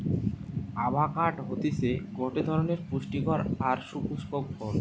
avocado হতিছে গটে ধরণের পুস্টিকর আর সুপুস্পক ফল